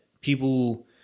people